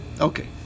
Okay